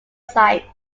sites